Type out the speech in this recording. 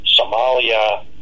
Somalia